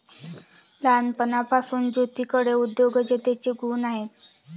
लहानपणापासून ज्योतीकडे उद्योजकतेचे गुण आहेत